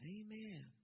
Amen